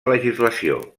legislació